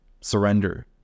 surrender